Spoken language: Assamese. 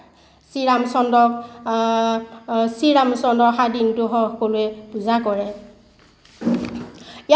শ্ৰী ৰামচন্দ্ৰ শ্ৰী ৰামচন্দ্ৰ অহা দিনটো সকলোৱে পূজা কৰে